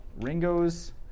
Ringo's